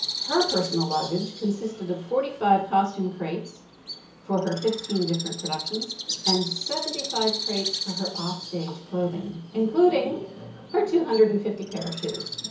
her personal luggage consisted of forty five costume crates for her fifteen different productions and seventy five crates for her offstage clothing including her two hundred and fifty pairs of shoes.